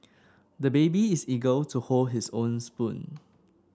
the baby is eager to hold his own spoon